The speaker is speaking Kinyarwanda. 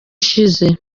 ishize